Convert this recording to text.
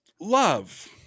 love